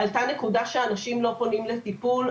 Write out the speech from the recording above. עלתה נקודה שאנשים לא פונים לטיפול,